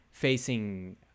facing